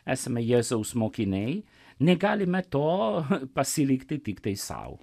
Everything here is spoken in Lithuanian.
esame jėzaus mokiniai negalime to pasilikti tiktai sau